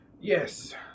Yes